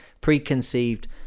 preconceived